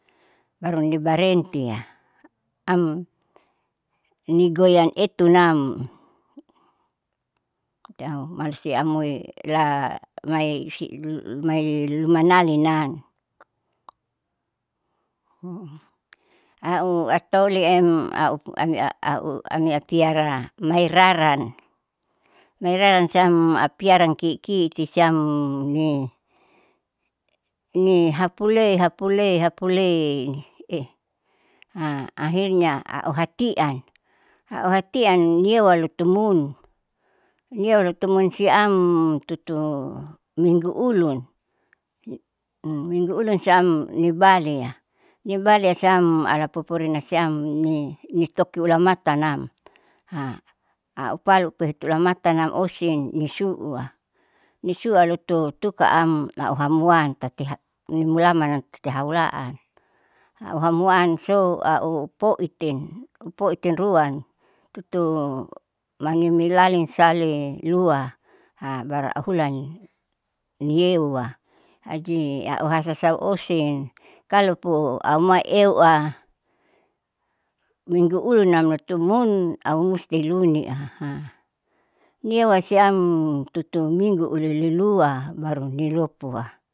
Baru nibarentia amnigoya etunam tati au malusia amoi la maisi lu lumanalinam au atoleem au ami au amipiara maiararan, mairaran siam piaranki'kiti siam ni ni hapule hapule hapule eh akhirnya auhatian auhatian niewa lutumun niewa lutumun siam tutu minggu ulun minggu ulun siam nibalia nibalia siam ala pupurina siam ni nitokiulamatanam au palute pehetulamatanam osin nisu'ua nisua lototukaam lauhamuan tati nimulaman tati haulaan. Auhamuan sou aupoitin aupoitin ruan tutu manimi lalin sale lua baru ahulani niewa haji auhasasau osin. Kalopo auma eu'a minggu ulunam lotomun au musti lunia niewa siam tutu minggu ulilua baru nilopua.